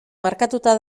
markatuta